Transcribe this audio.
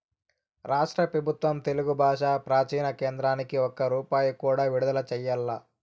రాష్ట్ర పెబుత్వం తెలుగు బాషా ప్రాచీన కేంద్రానికి ఒక్క రూపాయి కూడా విడుదల చెయ్యలా